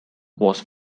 was